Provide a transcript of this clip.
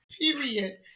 Period